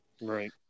right